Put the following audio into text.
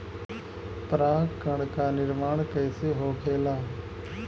पराग कण क निर्माण कइसे होखेला?